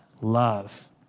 love